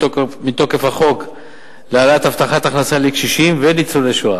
מתוקף החוק להעלאת הבטחת הכנסה לקשישים וניצולי שואה.